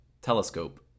telescope